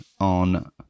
on